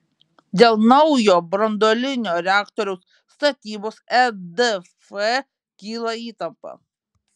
dėl naujo branduolinio reaktoriaus statybos edf kyla įtampa